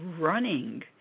running